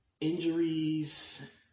injuries